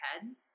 head